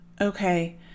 Okay